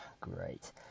Great